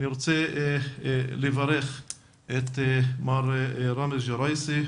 אני רוצה לברך את מר ראמז ג'ראייסי,